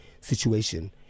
situation